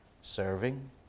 Serving